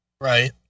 Right